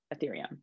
Ethereum